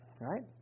right